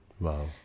wow